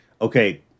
okay